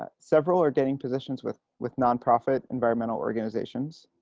ah several are getting positions with with nonprofit, environmental organizations.